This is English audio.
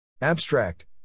Abstract